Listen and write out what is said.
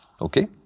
Okay